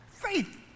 Faith